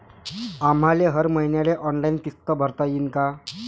आम्हाले हर मईन्याले ऑनलाईन किस्त भरता येईन का?